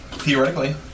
Theoretically